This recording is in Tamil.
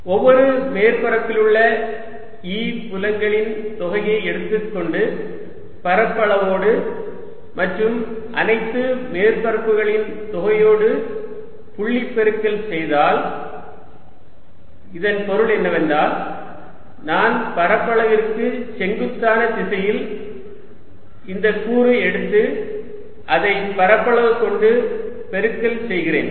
ஒவ்வொரு மேற்பரப்பிலுள்ள E புலங்களின் தொகையை எடுத்துக்கொண்டு பரப்பளவோடு மற்றும் அனைத்து மேற்பரப்புகளின் தொகையோடு புள்ளிப் பெருக்கல் செய்தால் இதன் பொருள் என்னவென்றால் நான் பரப்பளவிற்கு செங்குத்தான திசையில் இந்த கூறு எடுத்து அதை பரப்பளவு கொண்டு பெருக்கல் செய்கிறேன்